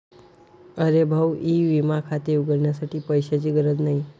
अरे भाऊ ई विमा खाते उघडण्यासाठी पैशांची गरज नाही